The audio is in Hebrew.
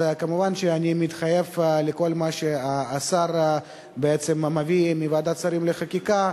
אז כמובן אני מתחייב לכל מה שהשר בעצם מביא מוועדת השרים לחקיקה,